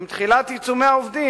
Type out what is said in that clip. עם תחילת עיצומי העובדים,